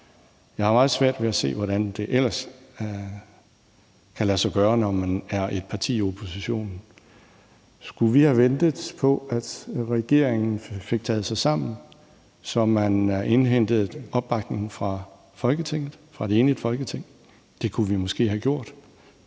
Jeg har meget svært ved at se, hvordan det ellers kan lade sig gøre, når man er et parti i opposition. Skulle vi have ventet på, at regeringen fik taget sig sammen og indhentede opbakning fra et enigt Folketing? Det kunne vi måske have gjort.